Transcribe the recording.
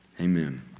amen